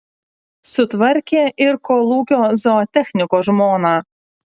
sutvarkė ir kolūkio zootechniko žmoną